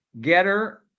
getter